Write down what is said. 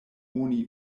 oni